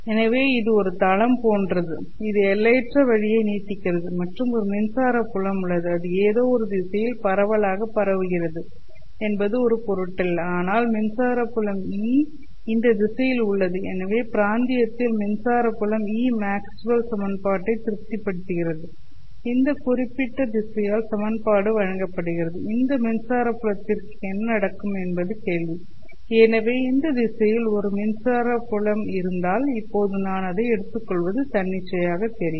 எனவே இது ஒரு தளம் போன்றது இது எல்லையற்ற வழியை நீட்டிக்கிறது மற்றும் ஒரு மின்சார புலம் உள்ளது அது ஏதோ ஒரு திசையில் பரவலாக பரவுகிறது என்பது ஒரு பொருட்டல்ல ஆனால் மின்சார புலம் E இந்த திசையில் உள்ளது எனவே பிராந்தியத்தில் மின்சார புலம் Eமேக்ஸ்வெல் சமன்பாட்டை திருப்திப்படுத்துகிறது இந்த குறிப்பிட்ட திசையால் சமன்பாடு வழங்கப்படுகிறது இந்த மின்சார புலத்திற்கு என்ன நடக்கும் என்பது கேள்வி எனவே இந்த திசையில் ஒரு மின்சார புலம் இருந்தால் இப்போது நான் அதை எடுத்துக்கொள்வது தன்னிச்சையாக தெரியும்